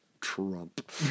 Trump